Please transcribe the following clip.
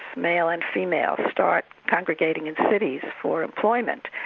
male and female, start congregating in cities for employment,